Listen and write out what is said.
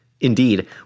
Indeed